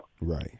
Right